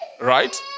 Right